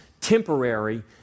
temporary